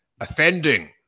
offending